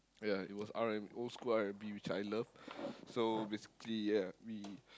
ya it was R and old school R-and-B which I love so basically ya we